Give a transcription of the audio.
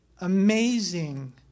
amazing